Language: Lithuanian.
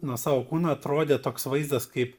nuo savo kūno atrodė toks vaizdas kaip